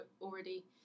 already